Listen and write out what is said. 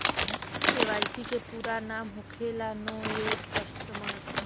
KYC के पूरा नाम होखेला नो योर कस्टमर